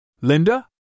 Linda